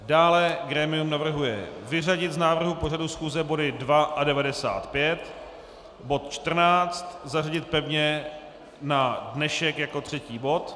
Dále grémium navrhuje vyřadit z návrhu pořadu schůze body 2 a 95, bod 14 zařadit pevně na dnešek jako třetí bod.